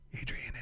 Adrian